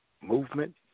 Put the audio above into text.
Movement